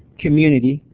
community,